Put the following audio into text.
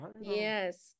Yes